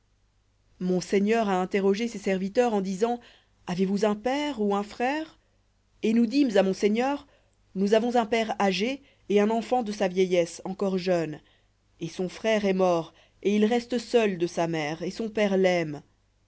mon seigneur a interrogé ses serviteurs en disant avez-vous un père ou un frère et nous dîmes à mon seigneur nous avons un père âgé et un enfant de sa vieillesse jeune et son frère est mort et il reste seul de sa mère et son père l'aime